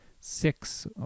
six